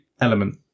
element